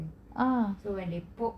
ah